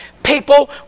People